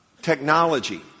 Technology